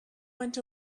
went